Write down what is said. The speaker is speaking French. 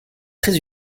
très